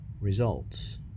results